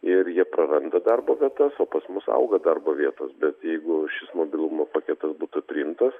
ir jie praranda darbo vietas o pas mus auga darbo vietos bet jeigu šis mobilumo paketas būtų priimtas